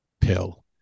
pill